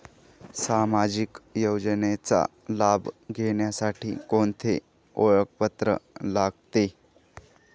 सामाजिक योजनेचा लाभ घेण्यासाठी कोणते ओळखपत्र लागते?